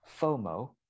FOMO